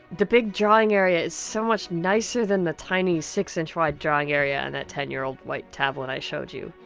the big drawing area is so much nicer than the tiny six and wide drawing area on and that ten year old white tablet i showed you.